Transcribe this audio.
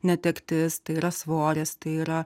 netektis tai yra svoris tai yra